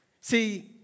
See